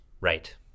Right